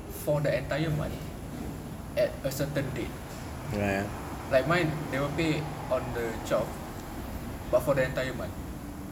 for the entire month at a certain date like mine they will pay on the twelfth but for the entire month